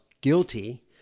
guilty